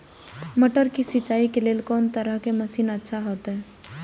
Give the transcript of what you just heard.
मटर के सिंचाई के लेल कोन तरह के मशीन अच्छा होते?